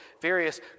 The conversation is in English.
various